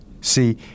See